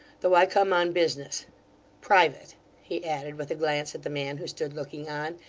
though i come on business private he added, with a glance at the man who stood looking on,